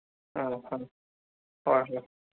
ꯑ ꯍꯣꯏ